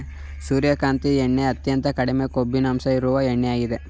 ಸೂರ್ಯಕಾಂತಿ ಎಣ್ಣೆ ಅತ್ಯಂತ ಕಡಿಮೆ ಕೊಬ್ಬಿನಂಶ ಇರುವ ಎಣ್ಣೆಯಾಗಿದೆ